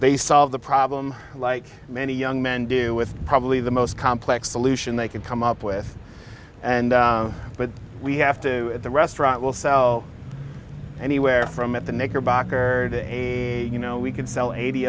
they solve the problem like many young men do with probably the most complex solution they could come up with and but we have to the restaurant will sell anywhere from at the knickerbocker a day a you know we can sell eighty